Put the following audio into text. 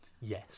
yes